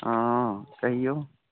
हँ कहियौ